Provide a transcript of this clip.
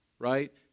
right